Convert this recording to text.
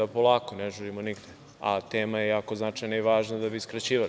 Polako, ne žurimo nigde, a tema je jako značajna i važna da bi skraćivali.